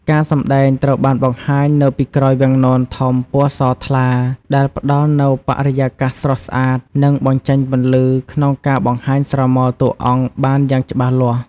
ការសម្តែងត្រូវបានបង្ហាញនៅពីក្រោយវាំងននធំពណ៌សថ្លា ដែលផ្ដល់នូវបរិយាកាសស្រស់ស្អាត និងបញ្ចេញពន្លឺក្នុងការបង្ហាញស្រមោលតួអង្គបានយ៉ាងច្បាស់លាស់ ។